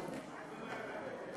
חסון.